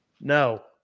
No